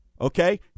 Okay